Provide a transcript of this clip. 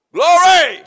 Glory